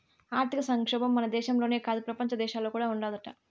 ఆర్థిక సంక్షోబం మన దేశంలోనే కాదు, పెపంచ దేశాల్లో కూడా ఉండాదట